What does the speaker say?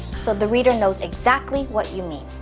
so the reader knows exactly what you mean.